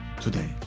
today